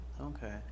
Okay